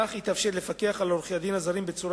כך יתאפשר לפקח על עורכי-הדין הזרים בצורה